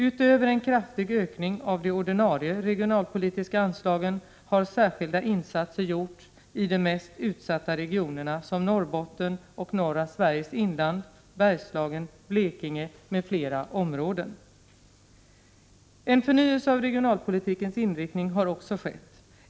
Utöver en kraftig ökning av de ordinarie regionalpolitiska anslagen, har särskilda insatser gjorts i de mest utsatta regionerna — Norrbotten och norra Sveriges inland, Bergslagen, Blekinge m.fl. områden. En förnyelse av regionalpolitikens inriktning har också skett.